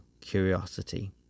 curiosity